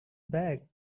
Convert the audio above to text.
bag